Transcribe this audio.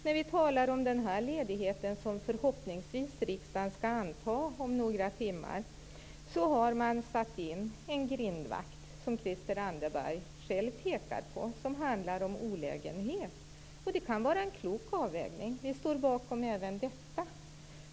När vi talar om denna ledighet, som riksdagen förhoppningsvis skall anta om några timmar, har man satt in en grindvakt, som Christel Anderberg själv pekade på och som handlar om olägenhet. Det kan vara en klok avvägning. Vi står bakom även detta.